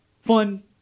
fun